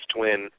Twin